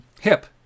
hip